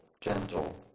gentle